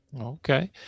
Okay